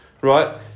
right